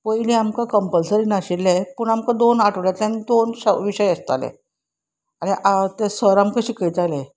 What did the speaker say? पयलीं आमकां कंपलसरी नाशिल्लें पूण आमकां दोन आठवड्यांतल्यान दोन विशय आसताले आनी तें सर आमकां शिकयताले